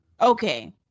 Okay